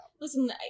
Listen